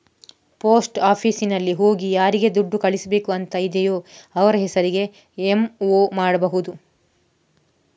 post ಆಫೀಸಿನಲ್ಲಿ ಹೋಗಿ ಯಾರಿಗೆ ದುಡ್ಡು ಕಳಿಸ್ಬೇಕು ಅಂತ ಇದೆಯೋ ಅವ್ರ ಹೆಸರಿಗೆ ಎಂ.ಒ ಮಾಡ್ಬಹುದು